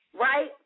right